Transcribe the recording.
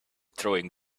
throwing